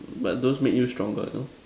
but those make you stronger no